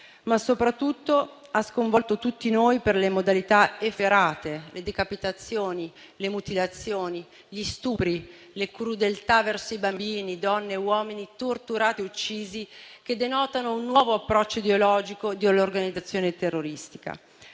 ma soprattutto ha sconvolto tutti noi per le modalità efferate, le decapitazioni, le mutilazioni, gli stupri, le crudeltà verso bambini, donne e uomini torturati e uccisi, che denotano un nuovo approccio ideologico dell'organizzazione terroristica.